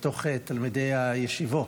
מתוך תלמידי הישיבות.